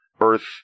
Earth